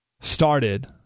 started